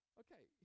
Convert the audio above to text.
okay